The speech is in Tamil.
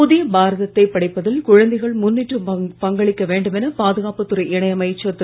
புதிய பாரதத்தைப் படைப்பதில் குழந்தைகள் முன்னின்று பங்களிக்க வேண்டும் என பாதுகாப்புத் துறை இணையமைச்சர் திரு